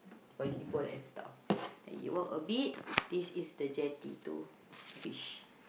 volleyball and stuff then you walk a bit this is the jetty to fish